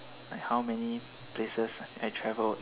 like how many places I travelled